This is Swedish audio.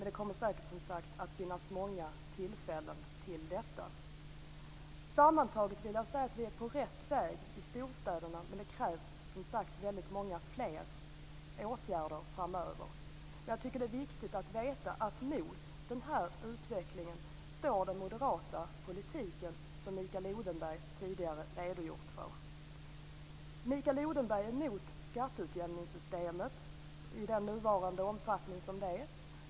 Det kommer säkert, som sagt var, att finnas många tillfällen att ta upp detta. Sammantaget vill jag säga att vi är på rätt väg i storstäderna, men det krävs väldigt många fler åtgärder framöver. Det är viktigt att veta att mot den här utvecklingen står den moderata politiken, som Mikael Odenberg tidigare redogjorde för. Mikael Odenberg är emot skatteutjämningssystemet i den nuvarande omfattningen.